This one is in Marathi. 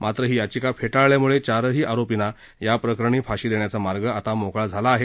मात्र ही याचिका फेटाळल्यामुळे चारही आरोपींना या प्रकरणी फाशी देण्याचा मार्ग आता मोकळा झाला आह